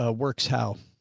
ah works, how